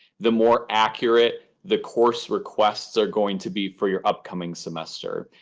the more accurate the course requests are going to be for your upcoming semester.